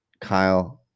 Kyle